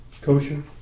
kosher